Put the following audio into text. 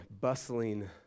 bustling